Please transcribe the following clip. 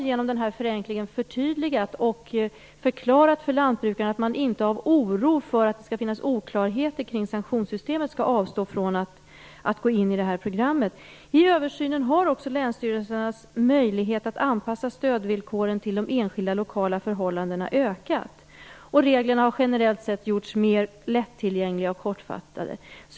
Genom denna förenkling har vi förtydligat och förklarat för lantbrukarna att de inte av oro för oklarheter kring sanktionssystemet skall avstå från att gå in i programmet. I samband med översynen har länsstyrelsernas möjligheter att anpassa stödvillkoren till de enskilda lokala förhållandena ökat. Reglerna har generellt sett gjorts mera lättillgängliga och kortfattade.